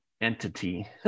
entity